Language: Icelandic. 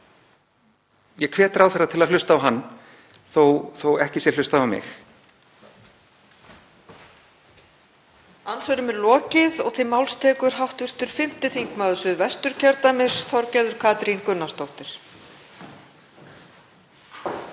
ég hvet ráðherra til að hlusta á hann þó að ekki sé hlustað á mig.